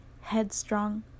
headstrong